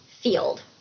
field